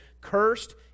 Cursed